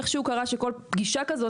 איכשהו קרה שכל פגישה כזאת,